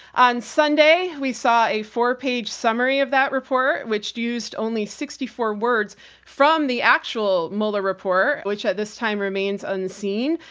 on sunday, we saw a four-page summary of that report, which used only sixty four words from the actual mueller report, which at this time remains unseen.